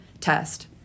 test